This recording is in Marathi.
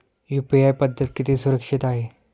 यु.पी.आय पद्धत किती सुरक्षित आहे?